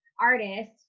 artist